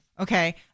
Okay